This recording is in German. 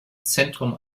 zentrum